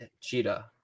Cheetah